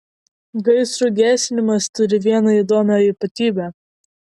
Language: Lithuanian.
gaisrų gesinimas turi vieną įdomią ypatybę